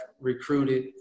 recruited